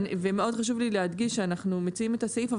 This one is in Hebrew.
ומאוד חשוב לי להדגיש שאנחנו מציעים את הסעיף אבל